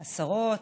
השרות,